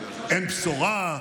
אין בשורה,